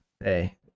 hey